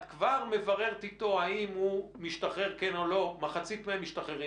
כבר מבררת אתו האם הוא משתחרר או לא מחצית מהם משתחררים,